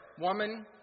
Woman